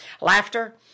Laughter